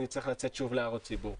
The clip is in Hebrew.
כי נצטרך לצאת שוב להערות ציבור.